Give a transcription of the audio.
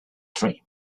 dream